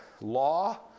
Law